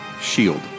shield